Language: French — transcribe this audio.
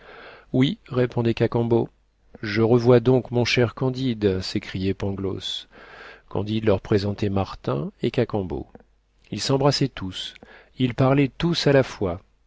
oui répondait cacambo je revois donc mon cher candide s'écriait pangloss candide leur présentait martin et cacambo ils s'embrassaient tous ils parlaient tous à-la-fois la